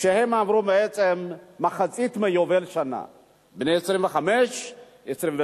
שעברו בעצם מחצית מיובל שנים, בני 25 26,